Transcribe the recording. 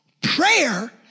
Prayer